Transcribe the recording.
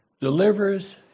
delivers